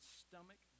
stomach